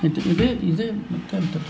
ಇದು ಇದೇ ಇದೇ ಮತ್ತೆಂಥದ್ದು